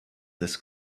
this